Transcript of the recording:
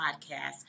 podcast